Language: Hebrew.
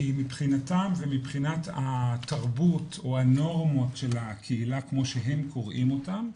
כי מבחינתם ומבחינת התרבות או הנורמות של הקהילה כמו שהם קוראים אותם,